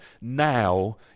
now